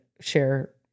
share